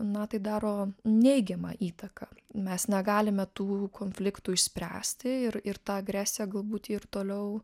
na tai daro neigiamą įtaką mes negalime tų konfliktų išspręsti ir ir ta agresija galbūt ir toliau